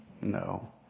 No